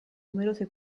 numerose